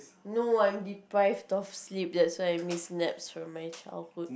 no I'm deprived of sleep that's why I miss naps from my childhood